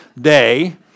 day